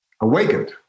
awakened